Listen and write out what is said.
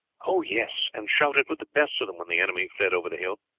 oh, yes and shouted with the best of them when the enemy fled over the hill.